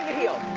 heel.